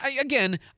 again